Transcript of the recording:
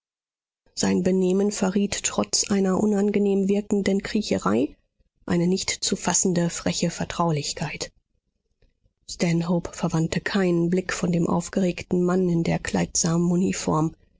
sein benehmen verriet trotz einer unangenehm wirkenden kriecherei eine nicht zu fassende freche vertraulichkeit stanhope verwandte keinen blick von dem aufgeregten mann in der kleidsamen